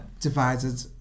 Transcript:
Divided